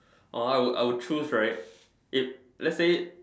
or I would I would choose right if let's say